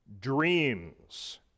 dreams